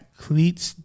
cleats